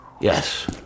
Yes